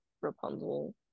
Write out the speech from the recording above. Rapunzel